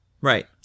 Right